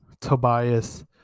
Tobias